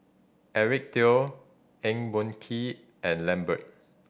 Eric Teo Eng Boon Kee and Lambert